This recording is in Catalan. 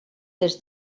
des